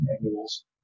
manuals